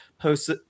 post